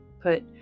put